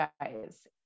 guys